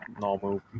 normal